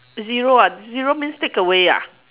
zero ah zero means take away ah